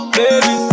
baby